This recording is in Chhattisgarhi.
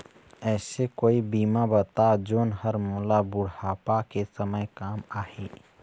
ऐसे कोई बीमा बताव जोन हर मोला बुढ़ापा के समय काम आही?